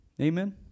Amen